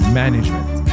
management